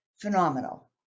phenomenal